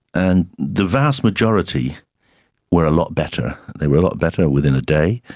and the vast majority were a lot better, they were a lot better within a day.